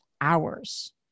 hours